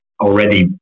already